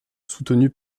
soutenue